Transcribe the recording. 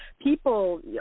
people